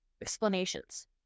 explanations